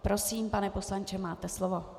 Prosím, pane poslanče, máte slovo.